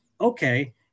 okay